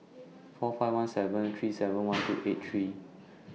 four five one seven three seven one two eight three